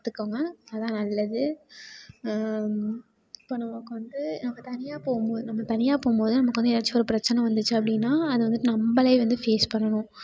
கற்றுக்கோங்க அதுதான் நல்லது இப்போ நமக்கு வந்து நம்ப தனியாக போகும்போது நம்ப தனியாக போகும்போது நமக்கு வந்து ஏதாச்சும் ஒரு பிரச்சனை வந்துச்சு அப்படின்னா அதை வந்துட்டு நம்பளே வந்து ஃபேஸ் பண்ணணும்